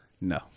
No